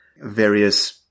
various